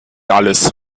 alles